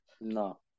No